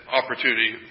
opportunity